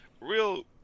real